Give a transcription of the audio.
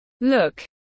look